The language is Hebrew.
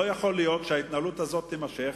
לא יכול להיות שההתנהלות הזאת תימשך,